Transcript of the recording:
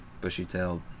bushy-tailed